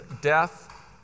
death